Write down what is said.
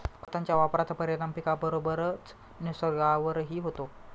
खतांच्या वापराचा परिणाम पिकाबरोबरच निसर्गावरही होतो